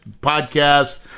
podcast